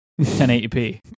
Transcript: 1080p